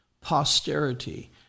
Posterity